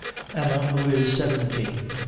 emma who is seventeen,